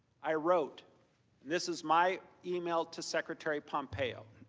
i wrote this is my email to secretary pompeo.